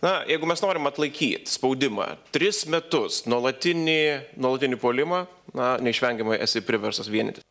na jeigu mes norim atlaikyt spaudimą tris metus nuolatinį nuolatinį puolimą na neišvengiamai esi priverstas vienytis